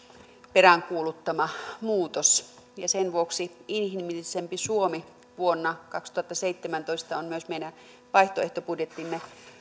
peräänkuuluttama muutos ja sen vuoksi inhimillisempi suomi vuonna kaksituhattaseitsemäntoista on myös meidän vaihtoehtobudjettimme